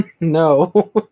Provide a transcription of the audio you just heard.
no